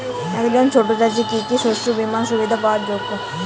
একজন ছোট চাষি কি কি শস্য বিমার সুবিধা পাওয়ার যোগ্য?